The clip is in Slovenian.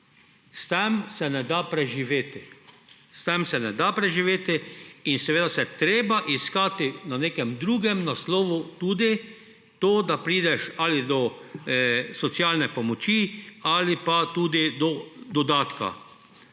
S tem se ne da preživeti. S tem se ne da preživeti in seveda je treba iskati na nekem drugem naslovu; tudi to, da prideš ali do socialne pomoči ali pa tudi do